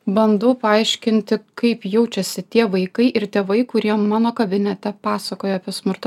bandau paaiškinti kaip jaučiasi tie vaikai ir tėvai kurie mano kabinete pasakoja apie smurto